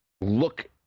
look